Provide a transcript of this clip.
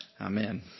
amen